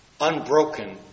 unbroken